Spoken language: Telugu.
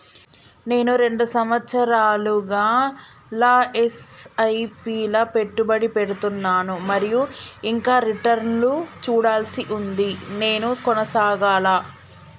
నేను రెండు సంవత్సరాలుగా ల ఎస్.ఐ.పి లా పెట్టుబడి పెడుతున్నాను మరియు ఇంకా రిటర్న్ లు చూడాల్సి ఉంది నేను కొనసాగాలా?